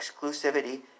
exclusivity